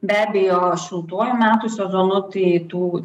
be abejo šiltuoju metų sezonu tai eitų